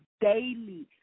daily